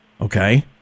okay